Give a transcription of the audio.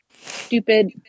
stupid